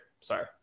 Sorry